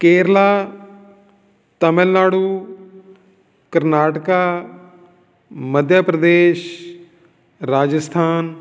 Kerala Tamil Nadu Karnataka Madhya Pradesh Rajasthan